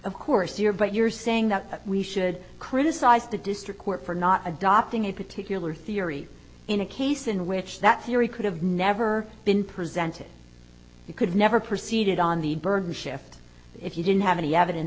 of course you're but you're saying that we should criticize the district court for not adopting a particular theory in a case in which that theory could have never been presented you could never proceed on the burden shift if you didn't have any evidence